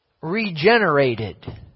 Regenerated